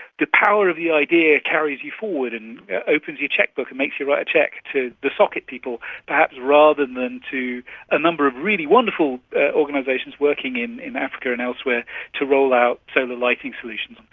the power of the idea carries you forward and opens your cheque-book and makes you write a cheque to the soccket people perhaps rather than to a number of really wonderful organisations working in in africa and elsewhere to roll out solar lighting solutions.